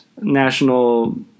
national